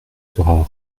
sera